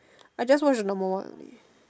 I just watched the number one only